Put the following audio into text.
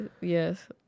yes